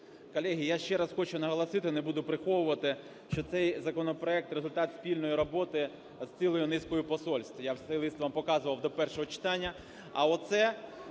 Колеги, я ще раз хочу наголосити, не буду приховувати, що цей законопроект – результат спільної роботи з цілою низкою посольств. Я цей лист вам показував до першого читання.